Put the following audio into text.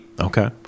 Okay